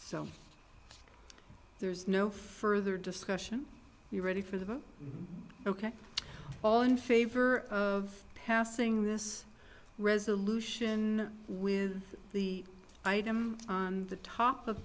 so there's no further discussion we're ready for them ok all in favor of passing this resolution with the item on the top of